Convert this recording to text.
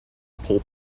pulp